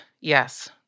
Yes